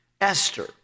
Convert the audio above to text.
Esther